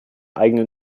eigenen